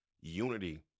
unity